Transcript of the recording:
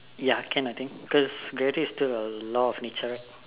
ya can I think cause gravity is still a lot of nature right